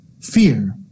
fear